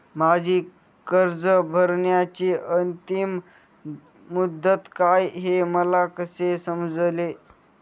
माझी कर्ज भरण्याची अंतिम मुदत काय, हे मला कसे समजेल?